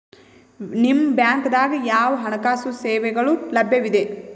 ನಿಮ ಬ್ಯಾಂಕ ದಾಗ ಯಾವ ಹಣಕಾಸು ಸೇವೆಗಳು ಲಭ್ಯವಿದೆ?